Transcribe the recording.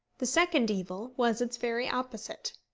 the second evil was its very opposite.